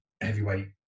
heavyweight